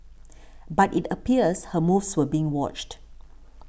but it appears her moves were being watched